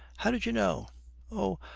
how did you know oh,